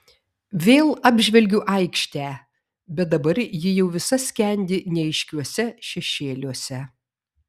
vėl apžvelgiu aikštę bet dabar ji jau visa skendi neaiškiuose šešėliuose